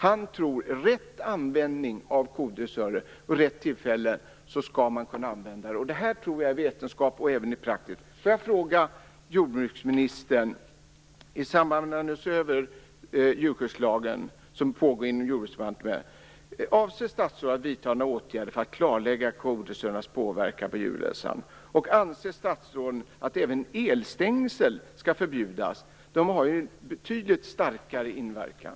Han tror att med rätt användning av kodressörer vid rätt tillfälle skall det fungera bra. Det här tror jag är vetenskap som även kan tillämpas praktiskt. Jag vill fråga jordbruksministern om hon i samband med den översyn av djurskyddslagen som pågår inom Jordbruksdepartementet avser att vidta några åtgärder för att klarlägga kodressörernas inverkan på djurhälsan. Anser statsrådet att även elstängsel skall förbjudas? De har ju betydligt starkare inverkan.